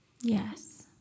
Yes